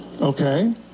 Okay